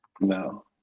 No